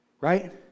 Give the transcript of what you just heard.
Right